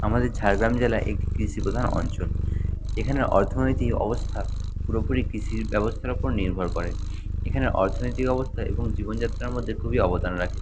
আমাদের ঝাড়গ্রাম জেলা একটি কৃষিপ্রধান অঞ্চল এখানের অর্থনৈতিক অবস্থা পুরোপুরি কৃষির ব্যবস্থার ওপর নির্ভর করে এখানে অর্থনৈতিক অবস্থা এবং জীবনযাত্রার মধ্যে খুবই অবদান রাখে